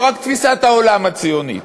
לא רק תפיסת העולם הציונית.